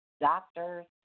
doctors